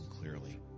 clearly